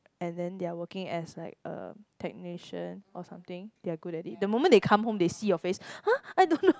and then they are working as like uh technician or something they are good at it the moment they come home they see your face !huh! I don't know